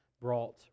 brought